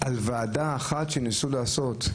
על ועדה אחת שניסו לעשות.